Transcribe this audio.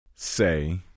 Say